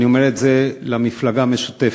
אני אומר את זה לרשימה המשותפת: